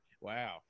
Wow